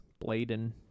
Bladen